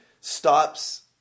stops